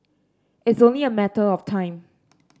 it's only a matter of time